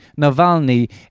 Navalny